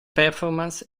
performance